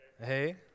Hey